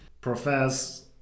profess